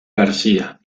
garcía